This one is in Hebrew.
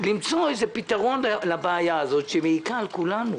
למצוא איזה פתרון לבעיה הזאת שמעיקה על כולנו,